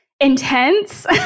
intense